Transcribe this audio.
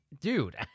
Dude